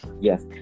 Yes